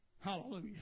Hallelujah